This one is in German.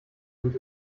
und